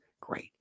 Great